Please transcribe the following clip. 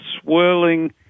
swirling